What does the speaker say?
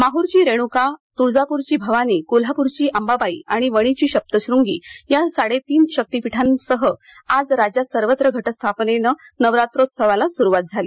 माहरची रेणुका तुळजापूरची भवानी कोल्हापूरची अंबाबाई आणि वणीची सप्तशृंगी या साडेतीन शक्तीपीठांसह काल राज्यात सर्वत्र घटस्थापनेनं नवरात्रोत्सवाला सुरुवात झाली